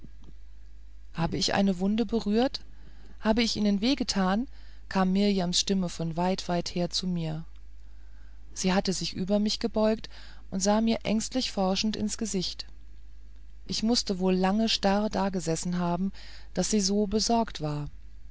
habe ich eine wunde berührt hab ich ihnen weh getan kam mirjams stimme von weit weit her zu mir sie hatte sich über mich gebeugt und sah mir ängstlich forschend ins gesicht ich mußte wohl lange starr dagesessen haben daß sie so besorgt war